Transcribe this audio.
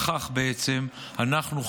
בכך בעצם אנחנו,